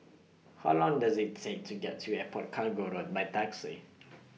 How Long Does IT Take to get to Airport Cargo Road By Taxi